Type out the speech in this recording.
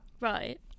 Right